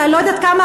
אני לא יודעת כמה,